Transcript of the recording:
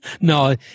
No